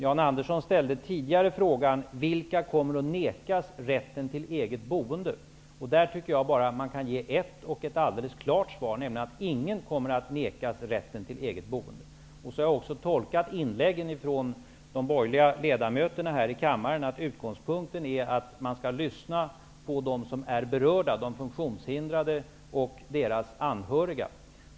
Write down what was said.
Jan Andersson ställde tidigare frågan: Vilka kommer att nekas rätten till eget boende? På den frågan kan man bara ge ett, alldeles klart, svar, nämligen att ingen kommer att nekas rätten till eget boende. Jag har också tolkat inläggen från de borgerliga ledamöterna här i kammaren så, att utgångspunkten är att man skall lyssna på dem som berörs, dvs. de funktionshindrade och deras anhöriga.